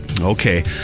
Okay